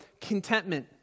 contentment